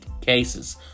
cases